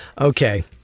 Okay